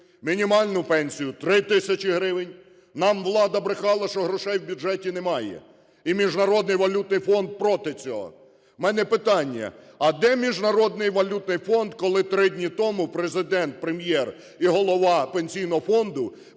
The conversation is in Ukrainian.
мінімальну пенсію – 3 тисячі гривень. Нам влада брехала, що грошей в бюджеті немає і Міжнародний валютний фонд проти цього. В мене питання: а де Міжнародний валютний фонд, коли три дні тому Президент, Прем'єр і голова Пенсійного фонду вийшли